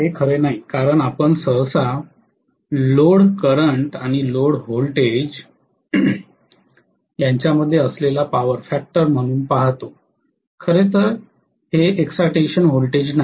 हे खरे नाही कारण आपण सहसा लोड करंट आणि लोड व्होल्टेज यांच्यामध्ये असलेला पॉवर फॅक्टर म्हणून पाहतो खरे तर इक्साइटेशन वोल्टेज नाही